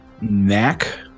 Mac